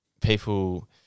people